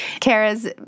Kara's